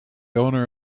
owner